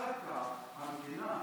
אחר כך המדינה,